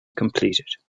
completed